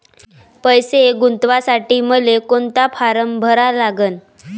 पैसे गुंतवासाठी मले कोंता फारम भरा लागन?